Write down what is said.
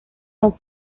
con